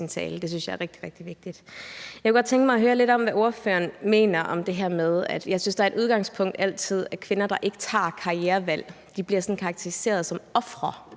Det synes jeg er rigtig, rigtig vigtigt. Jeg kunne godt tænke mig at høre lidt om, hvad ordføreren mener om det, som jeg altid synes er et udgangspunkt, altså at kvinder, der ikke tager et karrierevalg, sådan bliver karakteriseret som ofre.